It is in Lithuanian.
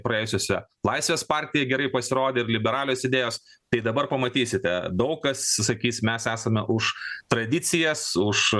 praėjusiuose laisvės partija gerai pasirodė ir liberalios idėjos tai dabar pamatysite daug kas sakys mes esame už tradicijas už